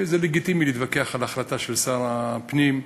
זה לגיטימי להתווכח על ההחלטה של שר הפנים.